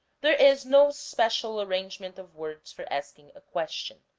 there is no special arrangement of words for asking a question.